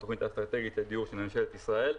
התוכנית האסטרטגית של הדיור במדינת ישראל.